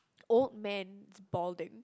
old man boarding